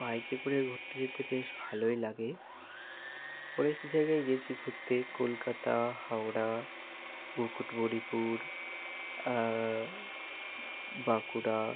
বাইকে করে ঘুরতে যেতে বেশ ভালোই লাগে অনেক জায়গায় গিয়েছি ঘুরতে কলকাতা হাওড়া মুকুটমণিপুর বাঁকুড়া